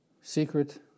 secret